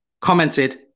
commented